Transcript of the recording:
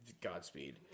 Godspeed